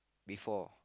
before